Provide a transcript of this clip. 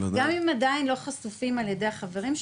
גם אם עדיין לא חשופים על ידי החברים,